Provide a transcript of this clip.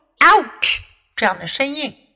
ouch,这样的声音